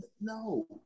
No